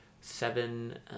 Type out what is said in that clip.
seven